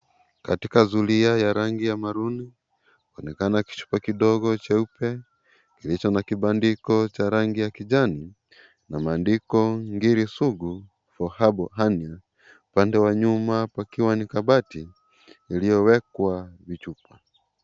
Katika zulia ya rangi ya maroon waonekana kichupa kidogo jeupe kilicho na kibandiko cha rangi ya kijani na maandiko Ngiri Sugu for hernia, upande wa nyuma pakiwa na kabati iliyowekwa vichupa.